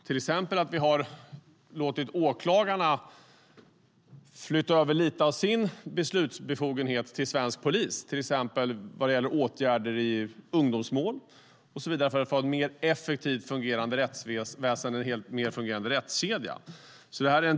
Till exempel har vi låtit åklagarna flytta över lite av sin beslutsbefogenhet till svensk polis, bland annat vad gäller åtgärder i ungdomsmål, för att få ett mer effektivt fungerande rättsväsen och rättskedja.